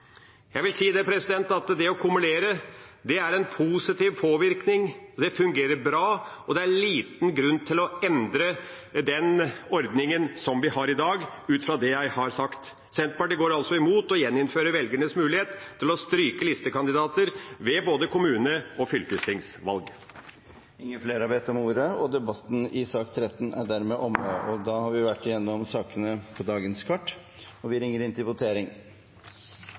Jeg vil si at det å kumulere er en positiv påvirkning. Det fungerer bra, og det er liten grunn til å endre den ordningen som vi har i dag, ut fra det jeg har sagt. Senterpartiet går imot å gjeninnføre velgernes mulighet til å stryke listekandidater ved både kommunestyre- og fylkestingsvalg. Flere har ikke bedt om ordet til sak nr. 13. Under debatten er det satt frem i alt ni forslag. Det er